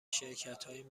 شرکتهایی